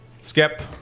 Skip